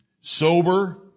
Sober